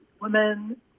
women